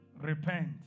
repent